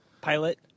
pilot